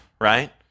right